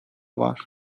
var